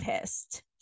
pissed